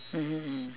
mmhmm mmhmm